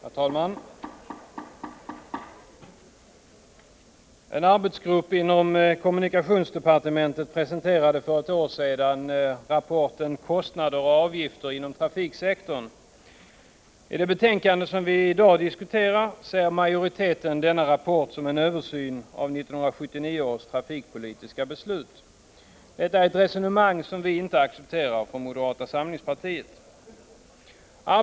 Herr talman! En arbetsgrupp inom kommunikationsdepartementet presenterade för ett år sedan rapporten Kostnader och avgifter inom trafiksektorn. I det betänkande som vi i dag diskuterar ser majoriteten denna rapport som en översyn av 1979 års trafikpolitiska beslut. Detta är ett resonemang som vi från moderata samlingspartiet inte accepterar.